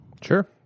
Sure